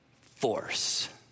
force